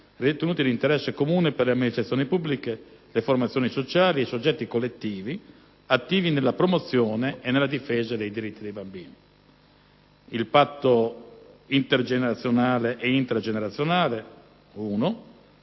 ritenuti di interesse comune per le amministrazioni pubbliche, le formazioni sociali e i soggetti collettivi attivi nella promozione e nella difesa dei diritti dei bambini: il patto intergenerazionale e intragenerazionale; il